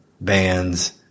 bands